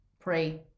Pray